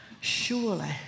Surely